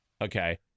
okay